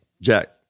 Jack